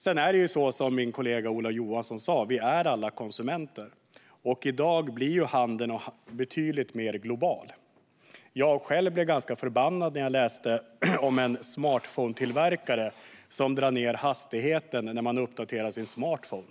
Sedan är det så som min kollega Ola Johansson sa. Vi är alla konsumenter. I dag är handeln betydligt mer global. Jag själv blev ganska förbannad när jag läste om en smartphonetillverkare som drar ned hastigheten när man uppdaterar sin smartphone. Man